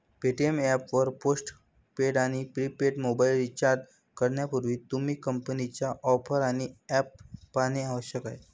Paytm app वर postpaid आणि prepaid mobile recharge करण्यापूर्वी, तुम्ही कंपनीच्या ऑफर आणि पॅक पाहणे आवश्यक आहे